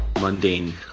mundane